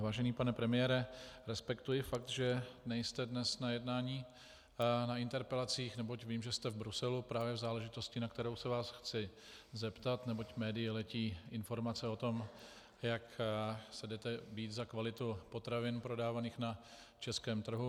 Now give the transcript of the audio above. Vážený pane premiére, respektuji fakt, že nejste dnes na jednání na interpelacích, neboť vím, že jste v Bruselu právě v záležitosti, na kterou se vás chci zeptat, neboť médii letí informace o tom, jak se jdete bít za kvalitu potravin prodávaných na českém trhu.